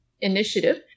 initiative